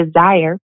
desire